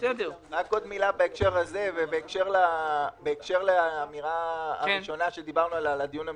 עוד מילה בהקשר הזה ובהקשר לאמירה הראשונה כשדיברנו על הדיון המשפטי.